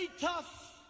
tough